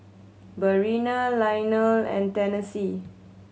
Breana Lionel and Tennessee